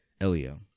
Elio